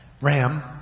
Ram